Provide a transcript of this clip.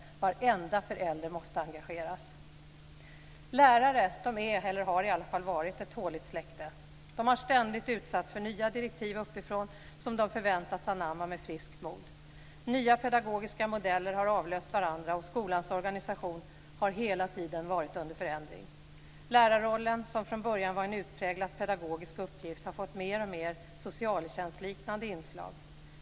Varenda förälder måste engageras. Lärare är, eller har i alla fall varit, ett tåligt släkte. De har ständigt utsatts för nya direktiv uppifrån som de förväntats anamma med friskt mod. Nya pedagogiska modeller har avlöst varandra, och skolans organisation har hela tiden varit under förändring. Lärarrollen som från början var en utpräglad pedagogisk uppgift har fått mer och mer socialtjänstliknande inslag.